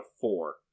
four